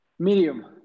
Medium